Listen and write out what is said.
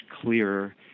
clearer